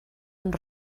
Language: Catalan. amb